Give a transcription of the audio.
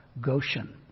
Goshen